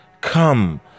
Come